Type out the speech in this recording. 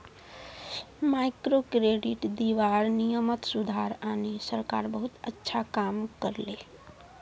microcredit दीबार नियमत सुधार आने सरकार बहुत अच्छा काम कर ले